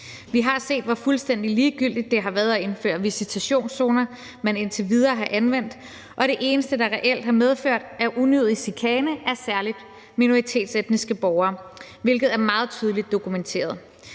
Vi har set, hvor fuldstændig ligegyldigt det har været at indføre de visitationszoner, man indtil videre har anvendt, og det eneste, det reelt har medført, er unødig chikane af særlig minoritetsetniske borgere, hvilket er meget tydeligt dokumenteret.